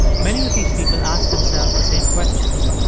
many of these people ask themselves the same questions.